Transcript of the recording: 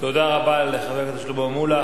תודה רבה לחבר הכנסת שלמה מולה.